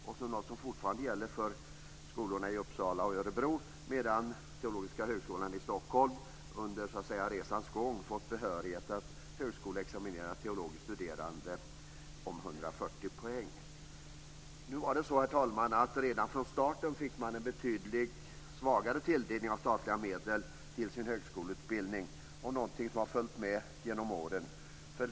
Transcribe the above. Detta är något som fortfarande gäller för skolorna i Uppsala och Örebro, medan Teologiska Högskolan i Stockholm under resans gång fått behörighet att högskoleexaminera teologiskt studerande om 140 poäng. Herr talman! Redan från starten fick de här högskolorna en betydligt svagare tilldelning av statliga medel till utbildningen. Detta är något som har följt med genom åren.